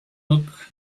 look